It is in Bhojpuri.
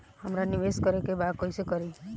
हमरा निवेश करे के बा कईसे करी?